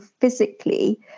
physically